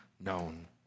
known